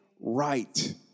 right